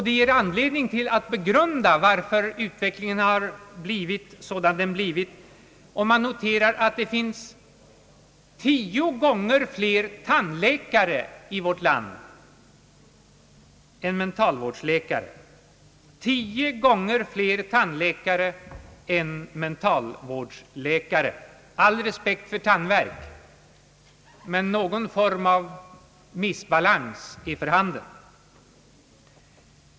Det ger anledning att begrunda, varför utvecklingen har blivit sådan den är, om man noterar att det finns tio gånger fler tandläkare i vårt land än mentalvårdsläkare. Med all respekt för tandvärk vill jag påstå, att någon missbalans är för handen.